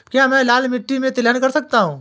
क्या मैं लाल मिट्टी में तिलहन कर सकता हूँ?